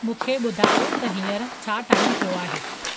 मूंखे ॿुधायो त हींअर छा टाइम थियो आहे